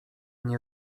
nie